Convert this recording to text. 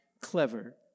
clever